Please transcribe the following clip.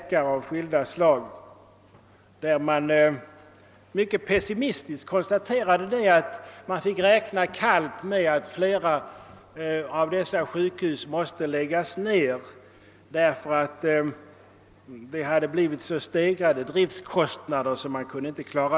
Det konstaterades där mycket pessimistiskt att man måste kallt räkna med att flera av sjukhusen skulle komma att läggas ned därför att driftkostnaderna stigit så kraftigt.